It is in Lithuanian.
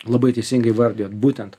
labai teisingai įvardijot būtent